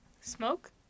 Smoke